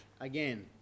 again